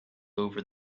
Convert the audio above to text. over